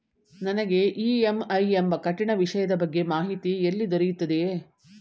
ನನಗೆ ಇ.ಎಂ.ಐ ಎಂಬ ಕಠಿಣ ವಿಷಯದ ಬಗ್ಗೆ ಮಾಹಿತಿ ಎಲ್ಲಿ ದೊರೆಯುತ್ತದೆಯೇ?